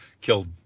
killed